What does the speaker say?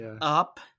up